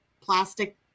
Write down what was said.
plastic